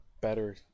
better